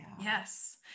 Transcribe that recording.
Yes